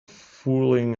fooling